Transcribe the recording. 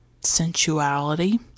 sensuality